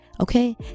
Okay